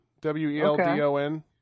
W-E-L-D-O-N